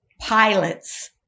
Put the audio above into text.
pilots